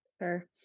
Sure